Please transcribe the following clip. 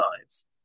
lives